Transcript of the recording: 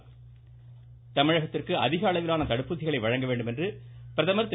ஸ்டாலின் தமிழகத்திற்கு அதிக அளவிலான தடுப்பூசிகளை வழங்க வேண்டும் என்று பிரதமர் திரு